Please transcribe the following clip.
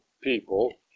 people